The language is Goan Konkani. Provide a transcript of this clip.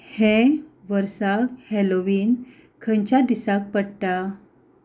हे वर्साक हॅलोवीन खंयच्या दिसाक पडटा